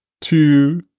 two